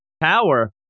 power